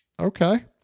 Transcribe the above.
Okay